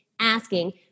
asking